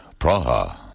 Praha